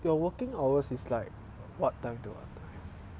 your working hours is like what time to what